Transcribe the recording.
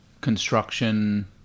construction